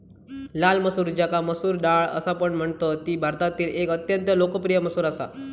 लाल मसूर ज्याका मसूर डाळ असापण म्हणतत ती भारतातील एक अत्यंत लोकप्रिय मसूर असा